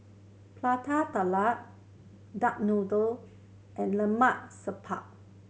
Prata Telur duck noodle and Lemak Siput